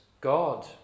God